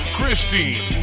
Christine